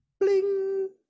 bling